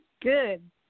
good